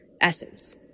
essence